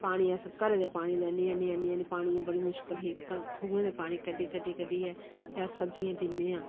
पानी अस घरै दे पानी आह्नी आह्नियै आह्नियै पानियै दी बड़ी मुश्कल ही खुहें दे पानी कड्ढी कड्ढी कड्डियै ते अस सब्जिएं गी दिन्ने आं